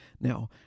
Now